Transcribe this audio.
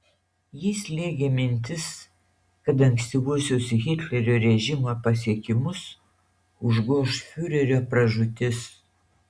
jį slėgė mintis kad ankstyvuosius hitlerio režimo pasiekimus užgoš fiurerio pražūtis